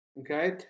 okay